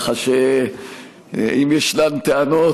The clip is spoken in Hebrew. ככה שאם ישנן טענות,